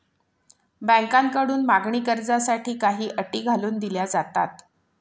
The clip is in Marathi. बँकांकडून मागणी कर्जासाठी काही अटी घालून दिल्या जातात